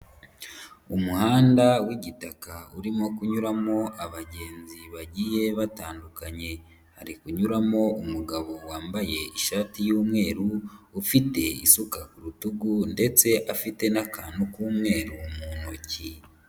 Umuhanda w'igitaka urimo kunyuramo abagenzi bagiye batandukanye. Hari kunyuramo umugabo wambaye ishati y'umweru, ufite isuka ku rutugu ndetse afite n'akantu k'umweru mu ntoki.